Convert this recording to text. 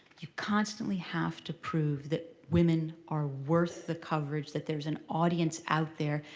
you constantly have to prove that women are worth the coverage, that there's an audience out there.